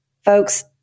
Folks